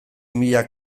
mila